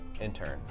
intern